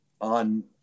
on